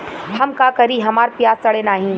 हम का करी हमार प्याज सड़ें नाही?